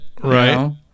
Right